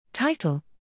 Title